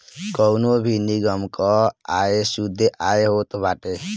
कवनो भी निगम कअ आय शुद्ध आय होत बाटे